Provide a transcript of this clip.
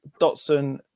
Dotson